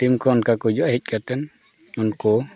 team ᱠᱚ ᱚᱱᱠᱟ ᱠᱚ ᱦᱤᱡᱩᱜᱼᱟ ᱦᱮᱡ ᱠᱟᱛᱮᱫ ᱩᱱᱠᱩ